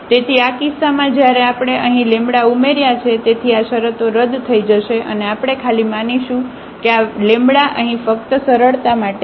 તેથી આ કિસ્સામાં જ્યારે આપણે અહીં ઉમેર્યા છે તેથી આ શરતો રદ થઈ જશે અને આપણે ખાલી માનીશું કે આ અહીં ફક્ત સરળતા માટે છે